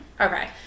Okay